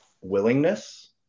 willingness